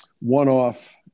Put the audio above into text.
one-off